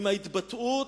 עם ההתבטאות,